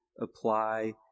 apply